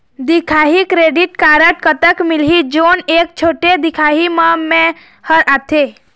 दिखाही credit card कतक मिलही जोन एक छोटे दिखाही म मैं हर आथे?